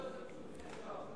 חבר הכנסת נסים זאב.